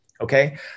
okay